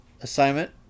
assignment